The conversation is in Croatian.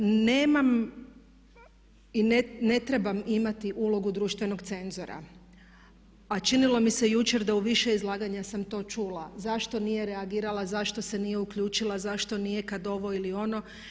Nemam i ne trebam imati ulogu društvenog cenzora a činilo mi se jučer da u više izlaganja sam to čula zašto nije reagirala, zašto se nije uključila, zašto nije kada ovo ili ono.